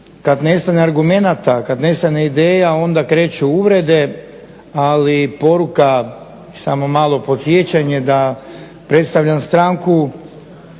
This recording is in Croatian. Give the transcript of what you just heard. kada nestane argumenata kada nestane ideja onda kreću uvrede, ali poruka i samo malo podsjećanje da predstavljam stranku